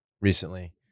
recently